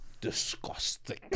Disgusting